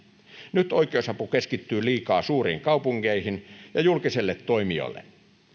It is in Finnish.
nyt oikeusapu keskittyy liikaa suuriin kaupunkeihin ja julkisille toimijoille